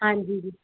ਹਾਂਜੀ ਜੀ